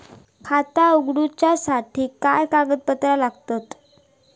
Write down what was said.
खाता उगडूच्यासाठी काय कागदपत्रा लागतत?